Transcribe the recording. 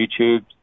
youtube